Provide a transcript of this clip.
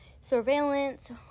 surveillance